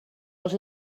els